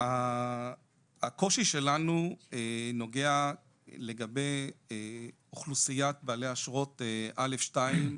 הקושי שלנו נוגע לגבי אוכלוסיית בעלי אשרות א/2,